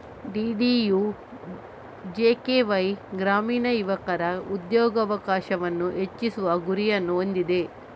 DDUJKY ಗ್ರಾಮೀಣ ಯುವಕರ ಉದ್ಯೋಗಾವಕಾಶವನ್ನು ಹೆಚ್ಚಿಸುವ ಗುರಿಯನ್ನು ಹೊಂದಿದೆ